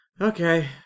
okay